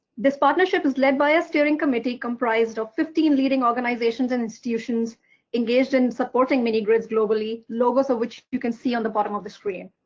this partnership is led by a steering committee comprised of fifteen leading organizations and institutions engaged in supporting mini-grids globally, logos of which you can see on the bottom of the screen.